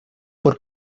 por